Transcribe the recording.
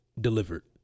delivered